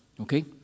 okay